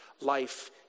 life